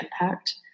impact